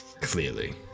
Clearly